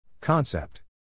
Concept